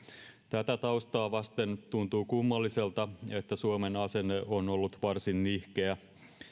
tätä taustaa vasten tuntuu kummalliselta että suomen asenne on ollut varsin nihkeä